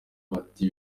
bati